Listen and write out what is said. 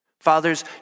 fathers